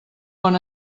bon